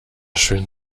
schön